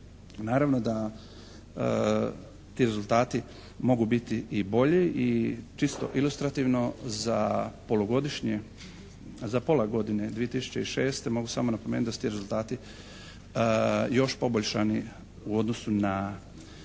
Naravno da ti rezultati mogu biti i bolji i čisto ilustrativno za polugodišnje, za pola godine 2006. mogu samo napomenuti da su ti rezultati još poboljšani u odnosu na